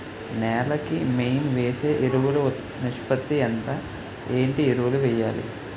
నేల కి మెయిన్ వేసే ఎరువులు నిష్పత్తి ఎంత? ఏంటి ఎరువుల వేయాలి?